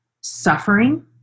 suffering